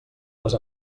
les